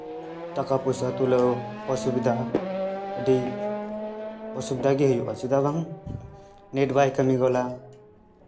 ᱴᱟᱠᱟ ᱯᱚᱭᱥᱟ ᱛᱩᱞᱟᱹᱣ ᱚᱥᱩᱵᱤᱫᱷᱟ ᱟᱹᱰᱤ ᱚᱥᱩᱵᱤᱫᱷᱟ ᱜᱮ ᱦᱩᱭᱩᱜᱼᱟ ᱪᱮᱫᱟᱜ ᱵᱟᱝ ᱱᱮᱹᱴ ᱵᱟᱭ ᱠᱟᱹᱢᱤ ᱜᱚᱫᱟ